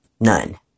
None